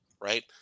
right